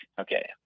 Okay